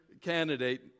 candidate